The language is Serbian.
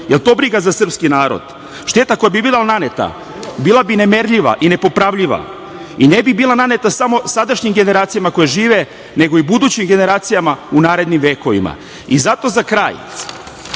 je to briga za sprski narod? Šteta koja bi bila naneta bila bi nemerljiva i nepopravljiva i ne bi bila naneta samo sadašnjim generacijama koje žive, nego i budućim generacijama u narednim vekovima i zato za kraj